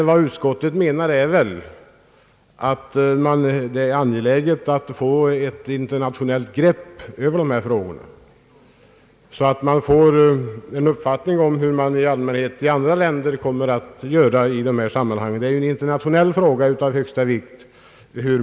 Vad utskottet menar är att det är angeläget att få ett internationellt grepp över dessa frågor så att man får en uppfattning om hur andra länder i allmänhet kommer att göra. Hur man här går till väga är en internationell fråga av högsta vikt.